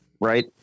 Right